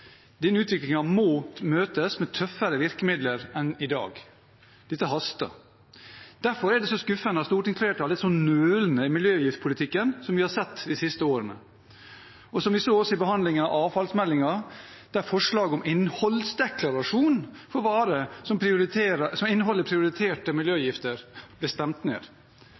Denne utviklingen må møtes med tøffere virkemidler enn i dag. Dette haster. Derfor er det skuffende at stortingsflertallet er så nølende i miljøgiftpolitikken som vi har sett de siste årene, og som vi også så i behandlingen av avfallsmeldingen, der forslaget om innholdsdeklarasjon på varer som inneholder prioriterte miljøgifter, ble stemt ned.